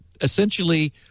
Essentially